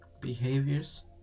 behaviors